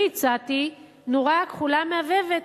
אני הצעתי נורה כחולה מהבהבת.